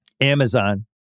Amazon